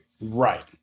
right